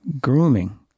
grooming